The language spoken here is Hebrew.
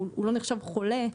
הוא לא נחשב חולה,